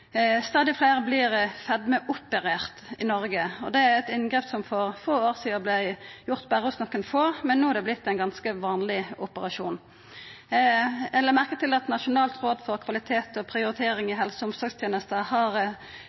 stadig fleire i Noreg vert fedmeopererte. Det er eit inngrep som for få år sidan vart gjort berre hos nokre få, men no har det vorte ein ganske vanleg operasjon. Eg la merke til at Nasjonalt råd for kvalitet og prioritering i helse- og omsorgstenesta har